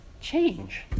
change